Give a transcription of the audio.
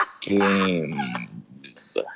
Games